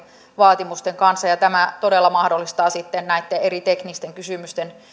vaatimusten kanssa ja ja tämä todella sitten mahdollistaa näitten eri teknisten kysymysten